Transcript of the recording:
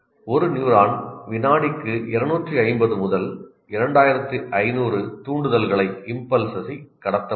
ஒரு நியூரான் வினாடிக்கு 250 முதல் 2500 தூண்டுதல்களை கடத்த முடியும்